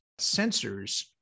sensors